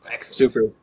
Super